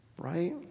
Right